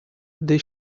the